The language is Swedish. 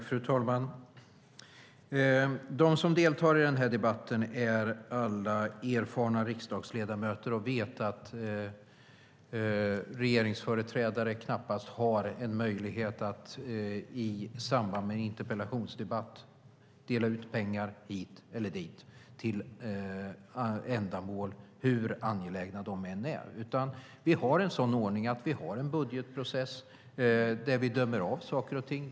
Fru talman! De som deltar i den här debatten är alla erfarna riksdagsledamöter och vet att regeringsföreträdare knappast har någon möjlighet att i samband med en interpellationsdebatt dela ut pengar hit eller dit, hur angelägna ändamålen än är. Vi har en sådan ordning att vi har en budgetprocess där vi bedömer saker och ting.